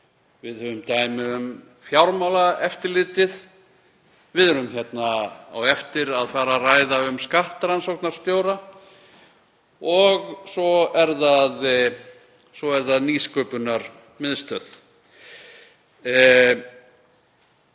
Við höfum dæmi um fjármálaeftirlitið. Við erum hérna á eftir að fara að ræða um skattrannsóknarstjóra og svo er það Nýsköpunarmiðstöð.